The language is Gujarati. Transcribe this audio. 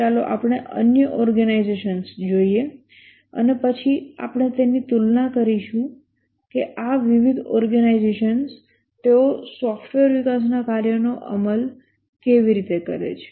ચાલો આપણે અન્ય ઓર્ગેનાઈઝેશન્સ જોઈએ અને પછી આપણે તેની તુલના કરીશું કે આ વિવિધ ઓર્ગેનાઈઝેશન્સ તેઓ સોફ્ટવેર વિકાસના કાર્યનો અમલ કેવી રીતે કરે છે